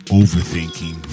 overthinking